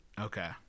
Okay